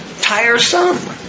Tiresome